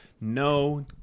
No